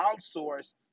outsource